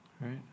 right